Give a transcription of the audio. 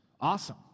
awesome